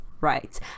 right